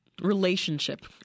relationship